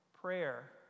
prayer